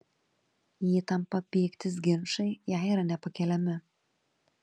įtampa pyktis ginčai jai yra nepakeliami